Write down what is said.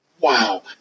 Wow